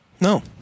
No